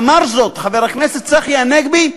אמר זאת חבר הכנסת צחי הנגבי,